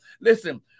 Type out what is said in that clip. listen